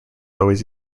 always